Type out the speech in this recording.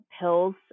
pills